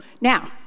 Now